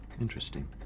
Interesting